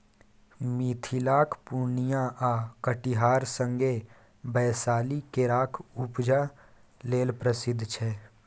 मिथिलाक पुर्णियाँ आ कटिहार संगे बैशाली केराक उपजा लेल प्रसिद्ध छै